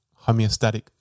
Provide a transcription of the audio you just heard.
homeostatic